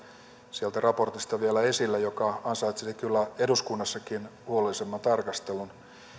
sieltä raportista kuitenkin esille vielä yhden asian joka ansaitsee kyllä eduskunnassakin huolellisemman tarkastelun